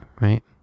right